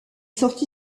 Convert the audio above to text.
sorti